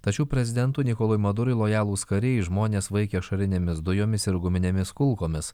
tačiau prezidentui nikolui madurui lojalūs kariai žmones vaikė ašarinėmis dujomis ir guminėmis kulkomis